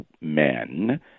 men